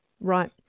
Right